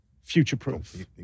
future-proof